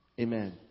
Amen